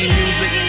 music